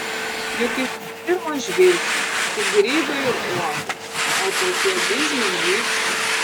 juk iš pirmo žvilgsnio tik grybai ir uogos o tokie bizniai vyksta